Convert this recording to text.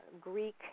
Greek